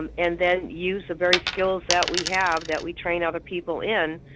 um and then use the very skills that we have, that we train other people in.